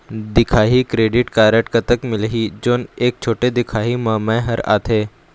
दिखाही credit card कतक मिलही जोन एक छोटे दिखाही म मैं हर आथे?